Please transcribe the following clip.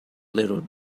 little